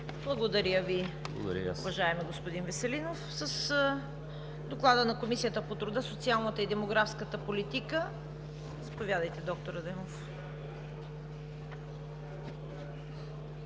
Благодаря Ви, уважаеми господин Веселинов. За да представите Доклада на Комисията по труда, социалната и демографската политика – заповядайте, доктор Адемов.